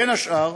בין השאר,